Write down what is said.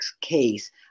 case